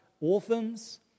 orphans